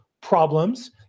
problems